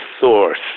source